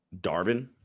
Darvin